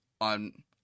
on